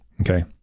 okay